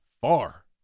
far